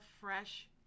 fresh